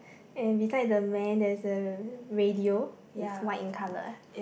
and beside the man there is a radio it's white in colour